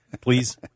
Please